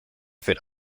fit